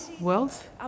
wealth